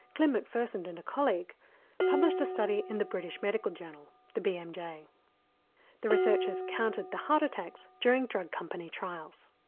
klim mcpherson and a colleague published a study in the british medical journal, the bmj. the researchers counted the heart attacks during drug company trials.